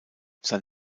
sein